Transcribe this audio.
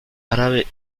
árabe